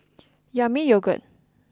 Yami Yogurt